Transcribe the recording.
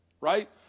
Right